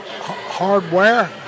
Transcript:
hardware